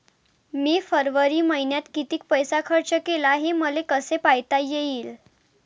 मी फरवरी मईन्यात कितीक पैसा खर्च केला, हे मले कसे पायता येईल?